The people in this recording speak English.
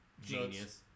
genius